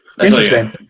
interesting